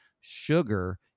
sugar